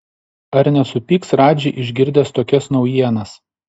ar nesupyks radži išgirdęs tokias naujienas